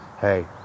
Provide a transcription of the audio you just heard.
hey